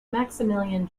maximilian